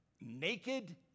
naked